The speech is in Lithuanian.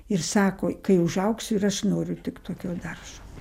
ir sako kai užaugsiu ir aš noriu tik tokio daržo